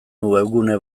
webgune